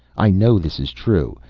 i know this is true,